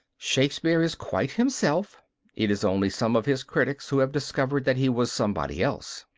shakespeare is quite himself it is only some of his critics who have discovered that he was somebody else.